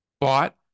bought